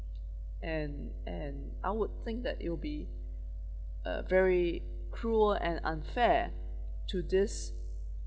and and I would think that it'll be a very cruel and unfair to this